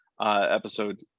episode